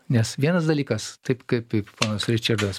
nes vienas dalykas taip kaip ponas ričardas